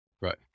Right